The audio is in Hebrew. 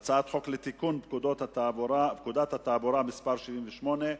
הצעת חוק לתיקון פקודת התעבורה (מס' 78),